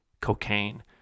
cocaine